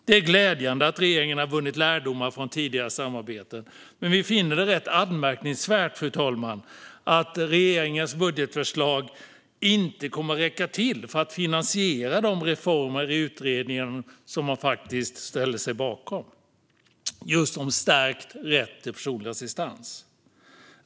Det är glädjande att regeringen har dragit lärdomar från tidigare samarbeten. Men, fru talman, vi finner det anmärkningsvärt att regeringens budgetförslag inte kommer att räcka till för att finansiera de reformer i utredningen som man faktiskt ställer sig bakom just om stärkt rätt till personlig assistans.